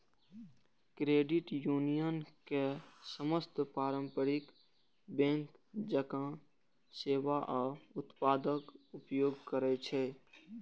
credit union के सदस्य पारंपरिक बैंक जकां सेवा आ उत्पादक उपयोग करै छै